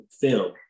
film